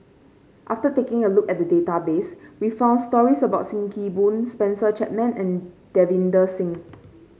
after taking a look at the database we found stories about Sim Kee Boon Spencer Chapman and Davinder Singh